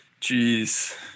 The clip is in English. Jeez